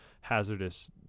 hazardous